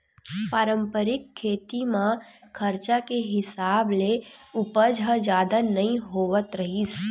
पारंपरिक खेती म खरचा के हिसाब ले उपज ह जादा नइ होवत रिहिस